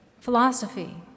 Philosophy